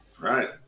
Right